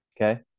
okay